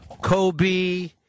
Kobe